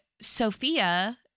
Sophia